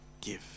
give